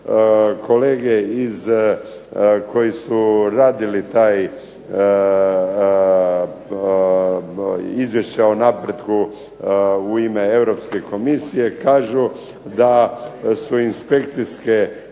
kolege koji su radili taj izvješće o napretku u ime EK kažu da su inspekcijske